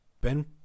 Ben